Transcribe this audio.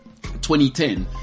2010